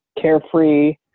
carefree